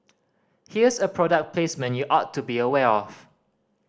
here's a product placement you ought to be aware of